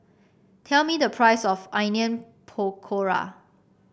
tell me the price of Onion Pakora